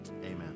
Amen